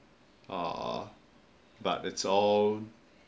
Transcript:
err but it's all